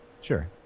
Sure